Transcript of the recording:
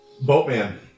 Boatman